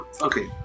Okay